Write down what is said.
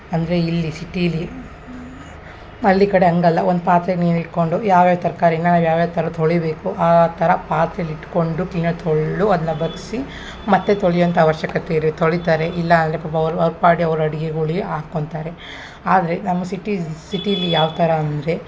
ಅಂದರೆ ಇಲ್ಲಿ ಸಿಟೀಲಿ ಹಳ್ಳಿ ಕಡೆ ಹಂಗಲ್ಲ ಒಂದು ಪಾತ್ರೆ ನೀರು ಹಿಡ್ಕೊಂಡು ಯಾವ ಯಾವ ತರಕಾರಿನ ಯಾವ ಯಾವ ಥರ ತೊಳಿಬೇಕು ಆ ಆ ಥರ ಪಾತ್ರೇಲಿ ಇಟ್ಟುಕೊಂಡು ಕ್ಲೀನಾಗಿ ತೊಳೆದು ಅದನ್ನ ಬಗ್ಗಿಸಿ ಮತ್ತೆ ತೊಳೆಯುವಂಥ ಆವಶ್ಯಕತೆ ಇರುತ್ತೆ ತೊಳಿತಾರೆ ಇಲ್ಲ ಅಂದರೆ ಪಾಪ ಅವ್ರು ಅವ್ರ ಪಾಡಿಗೆ ಅವ್ರು ಅಡ್ಗೆಗಳಿಗ್ ಹಾಕೊಂತಾರೆ ಆದರೆ ನಮ್ಮ ಸಿಟಿ ಸಿಟೀಲಿ ಯಾವ ಥರ ಅಂದರೆ